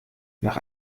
nach